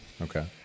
Okay